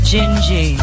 Gingy